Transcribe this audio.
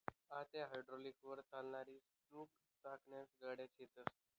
आते हायड्रालिकलवर चालणारी स्कूप चाकसन्या गाड्या शेतस